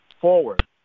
forward